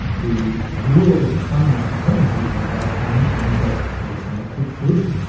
the rural economy's dependency on rice farming means that there is no quick solution.